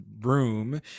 room